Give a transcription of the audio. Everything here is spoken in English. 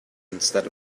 instead